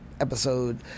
episode